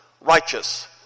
Righteous